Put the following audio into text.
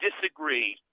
disagree